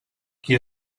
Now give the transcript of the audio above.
qui